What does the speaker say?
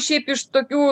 šiaip iš tokių